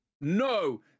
No